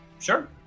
Sure